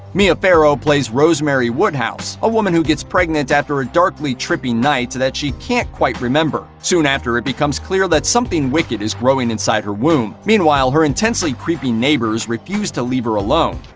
mia farrow plays rosemary woodhouse, a woman who gets pregnant after a darkly trippy night that she can't quite remember. soon after, it becomes clear that something wicked is growing inside her womb. meanwhile, her intensely creepy neighbors refuse to leave her alone.